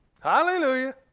Hallelujah